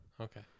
Okay